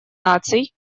наций